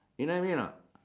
you know what I mean anot